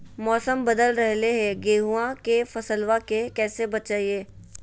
मौसम बदल रहलै है गेहूँआ के फसलबा के कैसे बचैये?